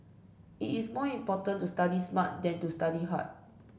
it is more important to study smart than to study hard